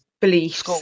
beliefs